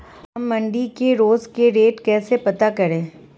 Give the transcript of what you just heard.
हम मंडी के रोज के रेट कैसे पता करें?